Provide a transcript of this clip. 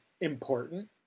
important